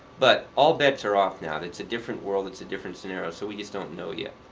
but all bets are off now. but it's a different world. it's a different scenario. so we just don't know yet.